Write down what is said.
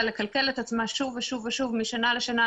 לכלכל את עצמה שוב ושוב ושוב משנה לשנה,